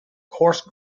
coarse